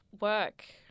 work